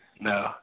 No